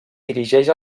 dirigeix